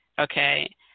okay